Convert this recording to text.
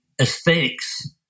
aesthetics